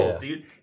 dude